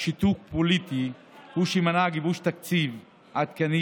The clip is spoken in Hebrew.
שיתוק פוליטי הוא שמנע גיבוש תקציב עדכני